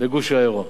בגוש היורו.